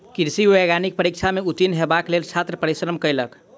कृषि वैज्ञानिक परीक्षा में उत्तीर्ण हेबाक लेल छात्र परिश्रम कयलक